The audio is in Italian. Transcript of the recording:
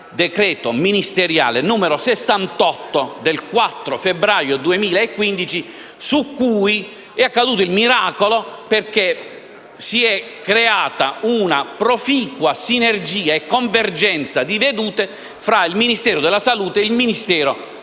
decreto interministeriale n. 68 del 4 febbraio 2015, su cui è accaduto il miracolo, perché si è creata una proficua sinergia e convergenza di vedute tra il Ministero della salute, il MIUR e